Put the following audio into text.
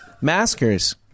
Maskers